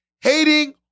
hating